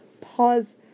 Pause